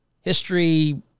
history